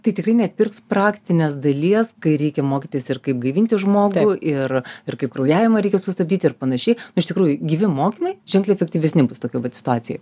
tai tikrai neatpirks praktinės dalies kai reikia mokytis ir kaip gaivinti žmogų ir ir kaip kraujavimą reikia sustabdyt ir panašiai iš tikrųjų gyvi mokymai ženkliai efektyvesni bus tokioj vat situacijoj